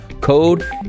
code